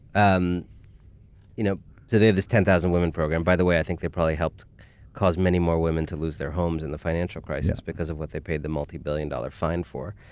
um you know today, this ten thousand women program. by the way, i think they probably helped cause many more women to lose their homes in the financial crisis, because of what they paid the multi-billion dollar fine for.